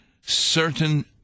certain